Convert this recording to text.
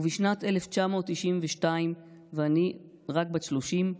ובשנת 1992, ואני רק בת 30,